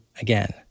again